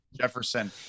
Jefferson